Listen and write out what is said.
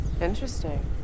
Interesting